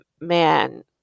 man